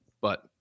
but-